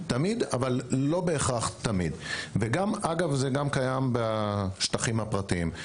אגב, זה קיים גם בשטחים הפרטיים.